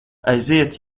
aiziet